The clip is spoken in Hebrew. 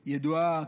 וידועה,